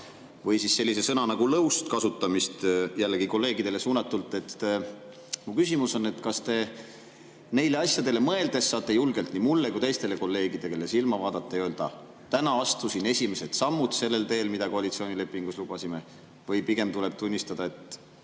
või siis sellise sõna nagu "lõust" kasutamist jällegi kolleegidele suunatult, siis mu küsimus on, et kas te neile asjadele mõeldes saate julgelt nii mulle kui ka teistele kolleegidele silma vaadata ja öelda, et täna astusin esimesed sammud sellel teel, mida koalitsioonilepingus lubasime, või pigem tuleb teil tunnistada, et